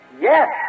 Yes